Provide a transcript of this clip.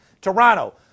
Toronto